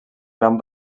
gran